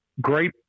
great